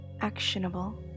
actionable